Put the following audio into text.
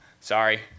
sorry